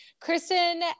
Kristen